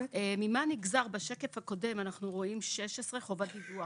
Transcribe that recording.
ממה נגזר בשקף הקודם אנחנו רואים 16 חובת דיווח,